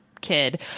kid